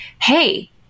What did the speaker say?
hey